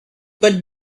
but